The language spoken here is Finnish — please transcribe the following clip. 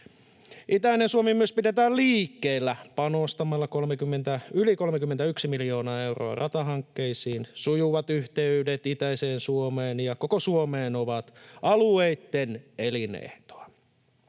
Itäinen Suomi myös pidetään liikkeellä panostamalla yli 31 miljoonaa euroa ratahankkeisiin. Sujuvat yhteydet itäiseen Suomeen ja koko Suomeen ovat alueitten elinehtoa.